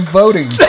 voting